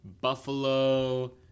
Buffalo